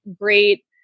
great